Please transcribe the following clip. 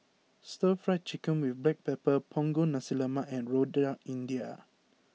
Stir Fried Chicken with Black Pepper Punggol Nasi Lemak and Rojak India